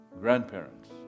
Grandparents